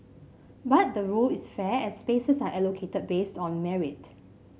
but the rule is fair as spaces are allocated based on merit